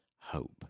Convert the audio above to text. hope